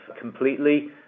completely